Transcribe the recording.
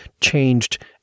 changed